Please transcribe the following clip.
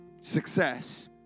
success